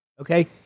okay